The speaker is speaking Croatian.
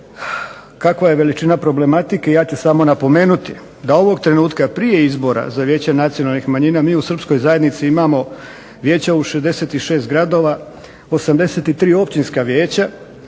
Kakva je veličina problematike? Ja ću samo napomenuti da ovog trenutka prije izbora za vijeće nacionalnih manjina mi u srpskoj zajednici imamo vijeća u 66 gradova, 83 općinska vijeća,